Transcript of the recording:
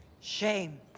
Shame